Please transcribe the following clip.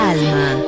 Alma